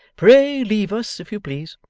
pray leave us, if you please